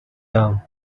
down